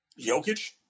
Jokic